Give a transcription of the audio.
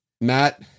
Matt